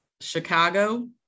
Chicago